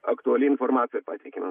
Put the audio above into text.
aktuali informacija pateikiama